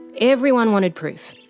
everyone wanted proof.